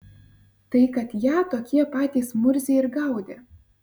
tai kad ją tokie patys murziai ir gaudė